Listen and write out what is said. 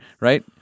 right